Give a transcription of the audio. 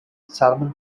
salmon